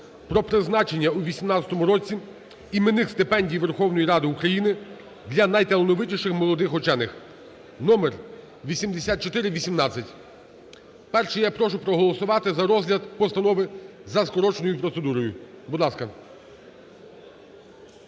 про призначення у 18-му році іменних стипендій Верховної Ради України для найталановитіших молодих учених (№8418). Перше. Я прошу проголосувати за розгляд постанови за скороченою процедурою. Будь ласка.